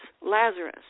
Lazarus